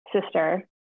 sister